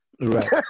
Right